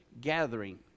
gathering